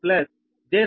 04 j0